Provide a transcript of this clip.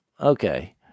okay